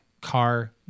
car